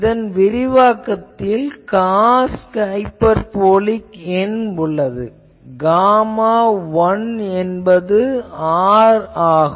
இதன் விரிவாக்கத்தில் cos hyperbolic N உள்ளது காமா 1 என்பது R ஆகும்